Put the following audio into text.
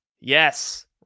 yes